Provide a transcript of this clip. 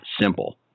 simple